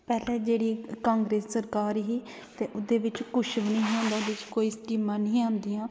पहले जेहडी कांग्रैस दी सरकार ही ओहदे च कुछ नेईं हा होंदा कोई स्कीमां नेईं ही होंदियां